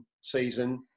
season